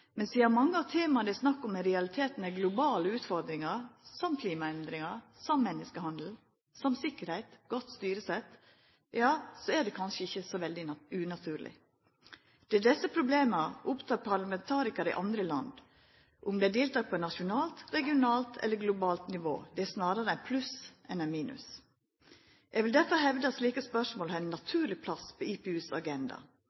Men sidan mange av tema det er snakk om, i realiteten er globale utfordringar som klimaendringar, menneskehandel, tryggleik, godt styresett, ja, så er det kanskje ikkje så veldig unaturleg. Det at desse problema opptek parlamentarikarar i alle land, om dei deltek på nasjonalt, regionalt eller globalt nivå, er snarare eit pluss enn eit minus. Eg vil derfor hevda at slike spørsmål har ein